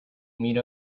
meet